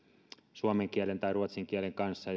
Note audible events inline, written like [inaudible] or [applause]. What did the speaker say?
suomen kielen tai ruotsin kielen kanssa [unintelligible]